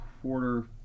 quarter